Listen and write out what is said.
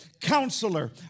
Counselor